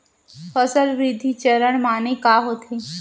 फसल वृद्धि चरण माने का होथे?